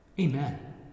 Amen